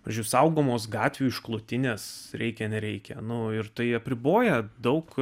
amžių saugomos gatvių išklotinės reikia nereikia nu ir tai apriboja daug